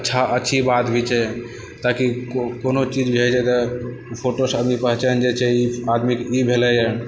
अच्छा अच्छी बात होइ छै ताकि कोनो चीज भी होइ छै तऽ फोटोसँ आदमी पहिचान जाइ छै ई आदमीके ई भेलै यऽ